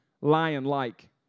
lion-like